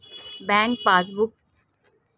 Bank passbook कैसे update करें?